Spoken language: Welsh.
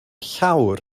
llawr